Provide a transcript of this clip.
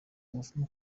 umuvumo